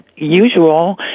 usual